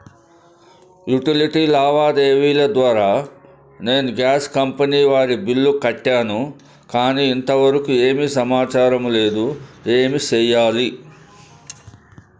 Utility లావాదేవీల ద్వారా నేను గ్యాస్ కంపెని వారి బిల్లు కట్టాను కానీ ఇంతవరకు ఏమి సమాచారం లేదు, ఏమి సెయ్యాలి?